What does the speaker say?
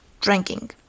drinking